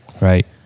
Right